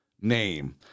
name